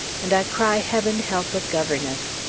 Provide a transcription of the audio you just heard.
and i cry heaven help a governess.